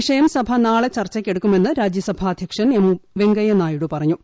വിഷയം സഭ നാളെ ചർച്ചയ്ക്കെടുക്കുമെന്ന് രാജൃസഭാ അധ്യക്ഷൻ എം വെങ്കയ്യ നായിഡു പറഞ്ഞു